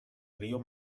río